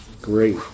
Great